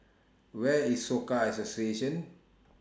Where IS Soka Association